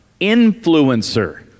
Influencer